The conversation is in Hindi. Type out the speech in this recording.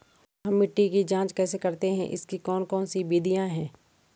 हम मिट्टी की जांच कैसे करते हैं इसकी कौन कौन सी विधियाँ है?